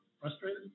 Frustrated